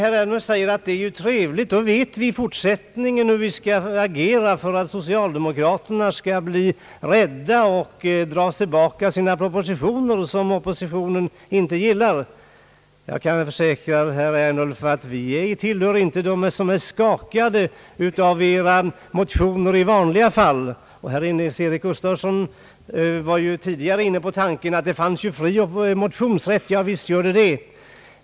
Herr Ernulf säger att det här var trevligt, då vet vi i fortsättningen hur vi skall reagera för att socialdemokrater na skall bli rädda och dra tillbaka de propositioner som oppositionen inte gillar. Jag kan försäkra herr Ernulf att vi inte tillhör dem som i vanliga fall blir skakade av era motioner. Herr Nils-Eric Gustafsson frågade tidigare om det inte finns fri motionsrätt. Visst gör det det.